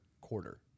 quarter